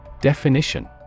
Definition